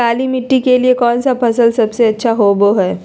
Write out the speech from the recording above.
काली मिट्टी के लिए कौन फसल सब से अच्छा होबो हाय?